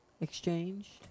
exchange